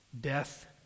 death